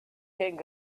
king